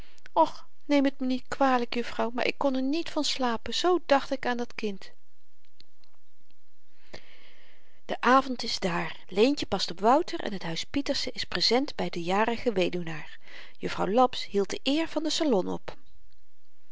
och neem t me niet kwalyk jufvrouw maar ik kon er niet van slapen zoo dacht ik aan dat kind de avend is dààr leentje past op wouter en t huis pieterse is present by den jarigen weduwnaar jufvrouw laps hield de eer van den salon op